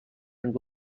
and